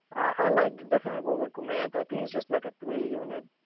i like definitely will will command. i think it's just like a three unit,